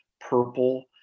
purple